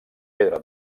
pedra